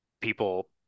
people